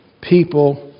people